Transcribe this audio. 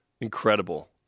incredible